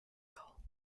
gall